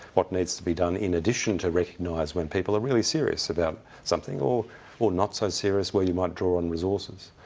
what needs to be done in addition to recognise when people are really serious about something, or not so serious, where you might draw on resources.